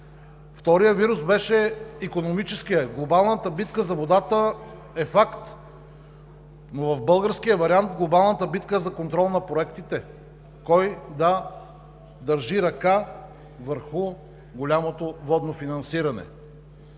Вторият вирус беше икономическият. Глобалната битка за водата е факт, но в българския вариант глобалната битка е за контрол на проектите и кой да държи ръка върху голямото водно финансиране.